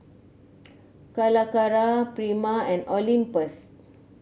Calacara Prima and Olympus